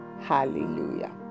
Hallelujah